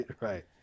right